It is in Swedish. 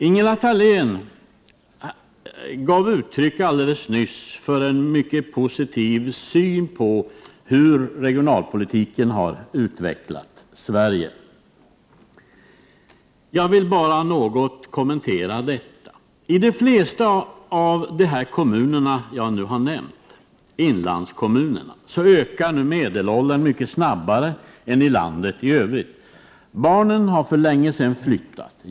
Ingela Thalén gav alldeles nyss uttryck för en mycket positiv syn på hur regionalpolitiken har utvecklat Sverige. Jag skall något kommentera detta. I de flesta av inlandskommunerna ökar nu medelåldern mycket snabbare än i landet i övrigt. Barnen där har för länge sedan flyttat.